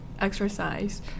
exercise